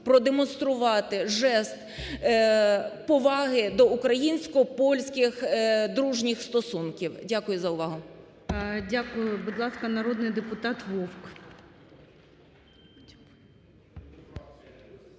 продемонструвати жест поваги до українсько-польських дружніх стосунків. Дякую за увагу. ГОЛОВУЮЧИЙ. Дякую. Будь ласка, народний депутат Вовк.